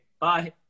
bye